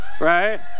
right